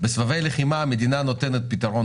בסבבי לחימה המדינה נותנת פתרון,